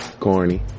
corny